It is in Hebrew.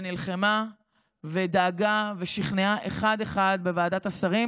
שנלחמה ושכנעה אחד-אחד בוועדת השרים